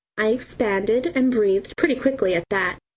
i expanded and breathed pretty quickly at that.